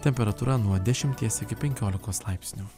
temperatūra nuo dešimties iki penkiolikos laipsnių